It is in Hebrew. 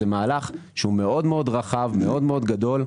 זה מהלך שהוא מאוד רחב וגדול.